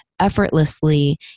effortlessly